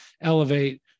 elevate